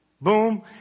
Boom